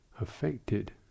affected